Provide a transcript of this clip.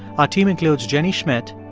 our team includes jenny schmidt,